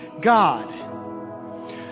God